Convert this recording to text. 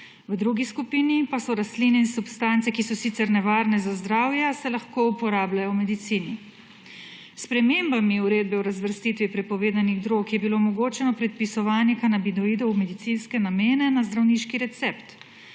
V drugi skupini pa so rastline in substance, ki so sicer nevarne za zdravje, a se lahko uporabljajo v medicini. S spremembami Uredbe o razvrstitvi prepovedanih drog je bilo omogočeno predpisovanje kanabinoidov v medicinske namene na zdravniški recept,